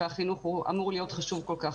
והחינוך אמור להיות חשוב כל כך.